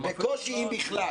בקושי, אם בכלל.